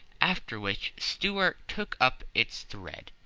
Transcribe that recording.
after which stuart took up its thread.